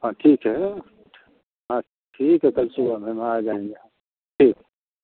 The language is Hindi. हाँ ठीक है ठ हाँ ठीक है कल सुबह हम आ जाएँगे ठीक